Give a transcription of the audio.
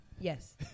Yes